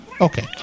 Okay